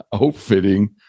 outfitting